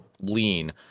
lean